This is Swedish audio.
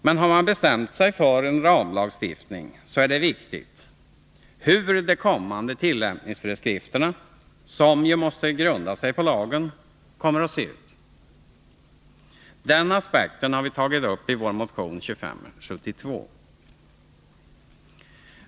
Men har man bestämt sig för en ramlagstiftning så är det viktigt hur de kommande tillämpningsföreskrifterna, som ju måste grunda sig på lagen, kommer att se ut. Den aspekten har vi tagit upp i vår motion nr 2572.